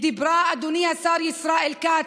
אדוני השר ישראל כץ,